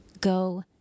Go